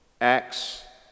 acts